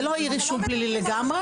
זה לא אי רישום פלילי לגמרי,